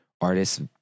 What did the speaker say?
artists